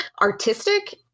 artistic